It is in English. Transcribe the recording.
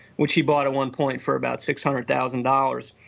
which he bought at one point for about six hundred thousand dollars,